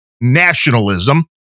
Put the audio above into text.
nationalism